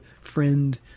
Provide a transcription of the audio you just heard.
friend